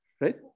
Right